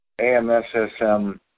AMSSM